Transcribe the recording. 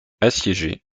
assiégée